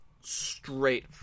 straight